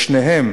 לשניהם